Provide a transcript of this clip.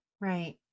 Right